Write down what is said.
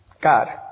God